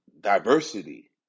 diversity